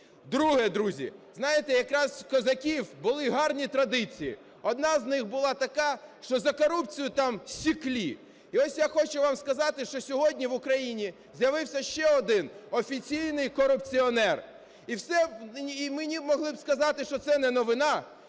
Друге. Друзі, знаєте, якраз в козаків були грані традиції. Одна з них була така, що за корупцію там секли. І ось я хочу вам сказати, що сьогодні в Україні з'явився ще один офіційний корупціонер. І мені б могли б сказати, що це не новина,